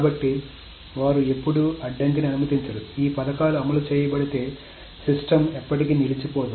కాబట్టి వారు ఎప్పుడూ అడ్డంకిని అనుమతించరు ఈ పథకాలు అమలు చేయబడితే సిస్టమ్ ఎప్పటికీ నిలిచి పోదు